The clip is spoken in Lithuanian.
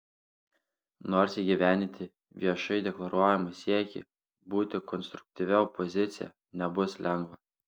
nors įgyvendinti viešai deklaruojamą siekį būti konstruktyvia opozicija nebus lengva